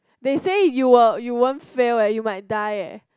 they say you will you won't fail eh you might die eh